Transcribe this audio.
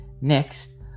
Next